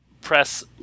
press